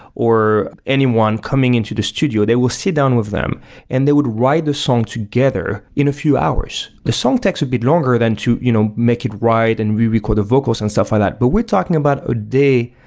or anyone coming into the studio. they will sit down with them and they would write the song together in a few hours the song text would be longer than to you know make it right and we record the vocals and stuff like ah that, but we're talking about a day.